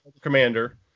commander